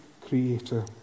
creator